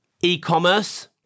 e-commerce